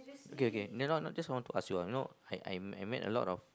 okay okay no no just want to ask you ah you know I I I met a lot of